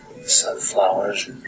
Sunflowers